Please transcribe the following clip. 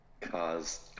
cause